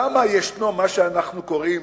למה יש מה שאנחנו קוראים,